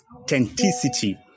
authenticity